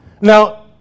Now